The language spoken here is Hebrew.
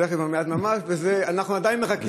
תכף ומייד וממש, ואנחנו עדיין מחכים.